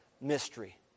Mystery